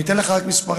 אני אתן לך רק מספרים.